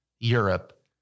Europe